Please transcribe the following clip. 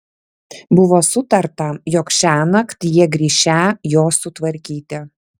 buvo sutarta jog šiąnakt jie grįšią jo sutvarkyti